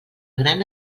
gran